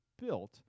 built